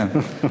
כן.